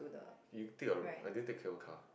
you take a I didn't take cable car